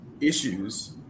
issues